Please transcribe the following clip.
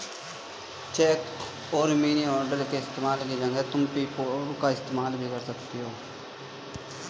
check और money order के इस्तेमाल की जगह तुम पेपैल का इस्तेमाल भी कर सकती हो